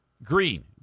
Green